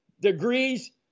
degrees